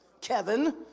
Kevin